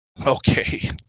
Okay